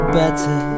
better